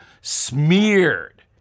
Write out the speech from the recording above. smeared